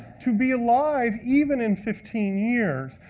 to be alive even in fifteen years.